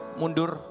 mundur